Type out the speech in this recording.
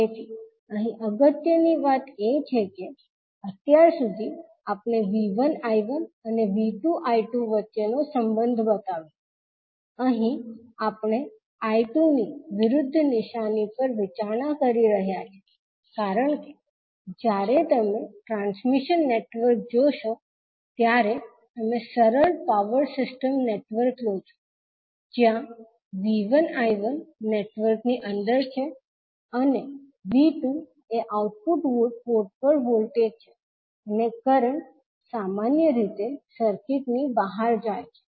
તેથી અહીં અગત્યની વાત એ છે કે અત્યાર સુધી આપણે 𝐕1 𝐈1 અને 𝐕2 𝐈2 વચ્ચેનો સંબંધ બતાવ્યો અહીં આપણે 𝐈2 ની વિરુદ્ધ નિશાની પર વિચારણા કરી રહ્યા છીએ કારણ કે જ્યારે તમે ટ્રાન્સમિશન નેટવર્ક જોશો ત્યારે તમે સરળ પાવર સિસ્ટમ નેટવર્ક લો છો જ્યાં 𝐕1 𝐈1 નેટવર્ક ની અંદર છે અને 𝐕2 એ આઉટપુટ પોર્ટ વોલ્ટેજ છે અને કરંટ સામાન્ય રીતે સર્કિટની બહાર જાય છે